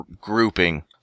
grouping